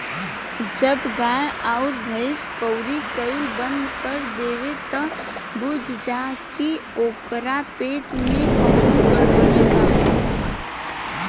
जब गाय अउर भइस कउरी कईल बंद कर देवे त बुझ जा की ओकरा पेट में कवनो गड़बड़ी बा